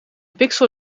pixel